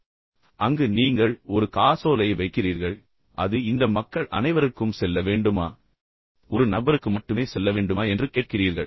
எனவே அங்கு நீங்கள் ஒரு காசோலையை வைக்கிறீர்கள் அது இந்த மக்கள் அனைவருக்கும் செல்ல வேண்டுமா அல்லது அது ஒரு நபருக்கு அது ஒரு நபருக்கு மட்டுமே செல்ல வேண்டுமா என்று நீங்கள் கேட்கிறீர்கள்